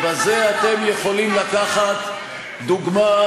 ובזה אתם יכולים לקחת דוגמה,